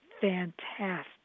fantastic